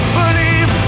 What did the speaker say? believe